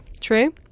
true